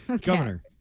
Governor